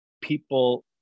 people